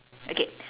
okay